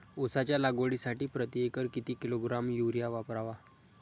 उसाच्या लागवडीसाठी प्रति एकर किती किलोग्रॅम युरिया वापरावा?